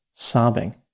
sobbing